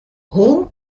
hin